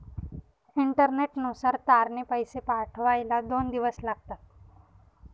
इंटरनेटनुसार तारने पैसे पाठवायला दोन दिवस लागतात